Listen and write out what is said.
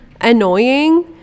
annoying